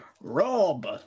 Rob